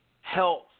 health